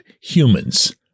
humans